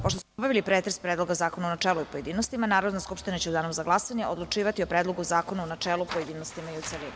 Pošto smo obavili pretres Predloga zakona u načelu i u pojedinostima, Narodna skupština će u Danu za glasanje odlučivati o Predlogu zakona u načelu, pojedinostima i u celini.